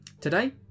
Today